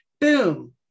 Boom